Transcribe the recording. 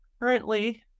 Currently